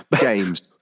Games